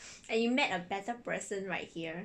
and you met a better person right here